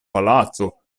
palaco